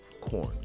corn